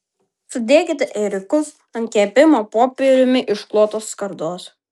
sudėkite ėriukus ant kepimo popieriumi išklotos skardos